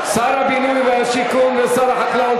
שר הבינוי והשיכון ושר החקלאות,